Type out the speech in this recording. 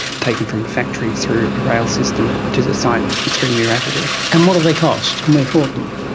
taken from factories through a rail system to the site extremely rapidly. and what do they cost? can we afford them?